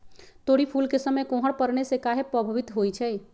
तोरी फुल के समय कोहर पड़ने से काहे पभवित होई छई?